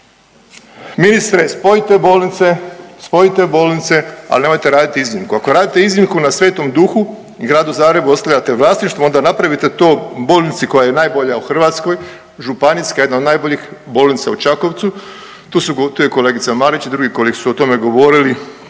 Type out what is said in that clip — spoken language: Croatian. Ministre, spojite bolnice, spojite bolnice, al nemojte raditi iznimku, ako radite iznimku na Svetom Duhu i Gradu Zagrebu ostavljate vlasništvo onda napravite to bolnici koja je najbolja u Hrvatskoj, županijska, jedna od najboljih bolnica u Čakovcu, tu su, tu je kolegica Marić i drugi kolege su o tome govorili